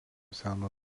seno